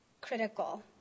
critical